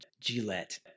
Gillette